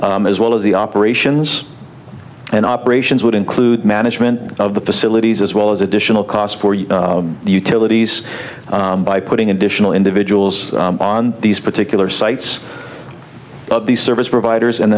as well as the operations and operations would include management of the facilities as well as additional cost for the utilities by putting additional individuals on these particular sites these service providers and